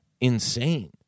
insane